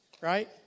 Right